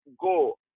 go